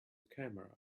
camera